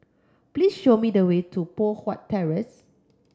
please show me the way to Poh Huat Terrace